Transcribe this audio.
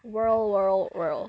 world world world